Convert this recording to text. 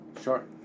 Sure